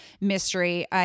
mystery